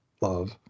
love